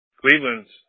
Cleveland's